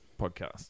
podcast